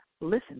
listen